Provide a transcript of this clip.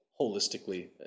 holistically